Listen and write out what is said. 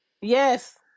Yes